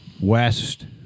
west